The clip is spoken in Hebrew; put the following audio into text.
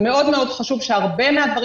זה מאוד מאוד חשוב שהרבה מהדברים